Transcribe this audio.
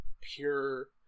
pure